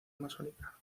masónica